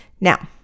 Now